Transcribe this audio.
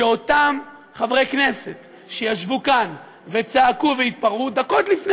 זה שאותם חברי כנסת שישבו כאן וצעקו והתפרעו דקות לפני